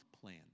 plan